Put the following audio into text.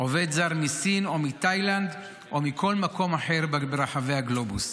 עובד זר מסין או מתאילנד או מכל מקום אחר ברחבי הגלובוס.